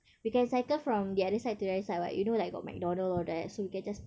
we can cycle from the other side to the other side what you know like got mcdonald's all that so we can just